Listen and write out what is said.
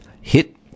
hit